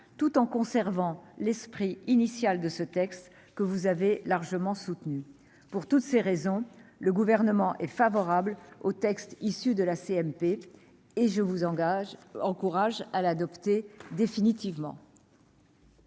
tout en conservant l'esprit initial de ce texte que vous avez largement soutenu. Pour toutes ces raisons, le Gouvernement est favorable au texte issu de la commission mixte paritaire et vous encourage à l'adopter définitivement.